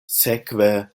sekve